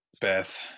Beth